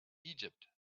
egypt